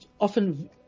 often